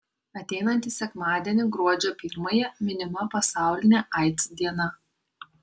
ateinantį sekmadienį gruodžio pirmąją minima pasaulinė aids diena